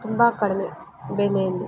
ತುಂಬ ಕಡಿಮೆ ಬೆಲೆಯಲ್ಲಿ